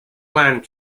planned